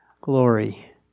glory